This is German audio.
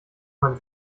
man